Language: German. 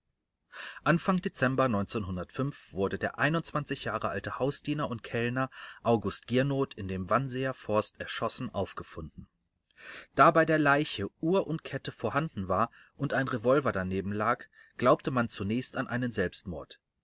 anfang dezember wurde der jahre alte hausdiener und kellner august giernoth in dem wannseer forst erschossen aufgefunden da bei der leiche uhr und kette vorhanden war und ein revolver daneben lag glaubte man zunächst an einen selbstmord